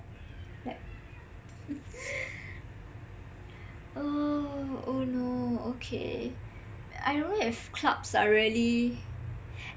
oh oh no okay I don't know if clubs are really